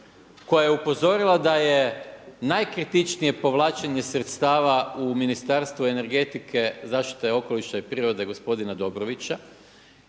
koja je upozorila da je najkritičnije povlačenje sredstava u Ministarstvu energetike, zaštite okoliša i prirode gospodina Dobrovića